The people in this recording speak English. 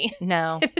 no